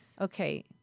Okay